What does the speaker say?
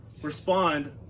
respond